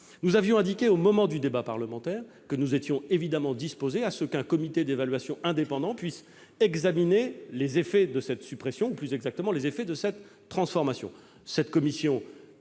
Nous avions souligné, au moment du débat parlementaire, que nous étions évidemment disposés à ce qu'un comité d'évaluation indépendant puisse examiner les effets de cette suppression ou, plus exactement, les effets de cette transformation. Cette commission